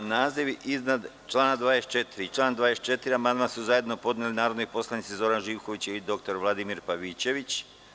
Na naziv iznad člana 24. i član 24. amandman su zajedno podneli narodni poslanici Zoran Živković i dr Vladimir Pavićević.